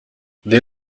they